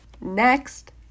Next